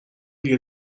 دیگه